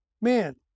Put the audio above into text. Man